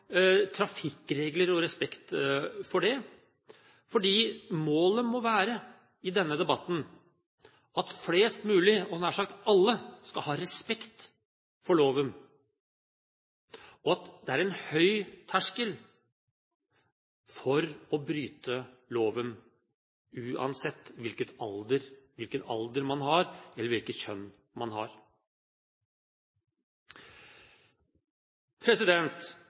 trafikkregler og respekt for dem. Målet må være i denne debatten at flest mulig, nær sagt alle, skal ha respekt for loven, og at det er en høy terskel for å bryte loven uansett hvilken alder man har, eller hvilket kjønn man